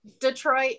Detroit